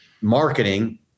marketing